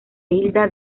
hilda